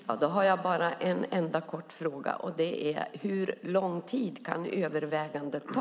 Herr talman! Då har jag bara en enda kort fråga: Hur lång tid kan övervägandet ta?